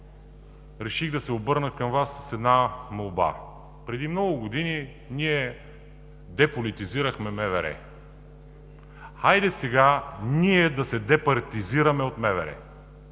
реших да се обърна към Вас с една молба. Преди много години ние деполитизирахме МВР. Хайде сега ние да се департизираме от МВР